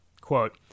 Quote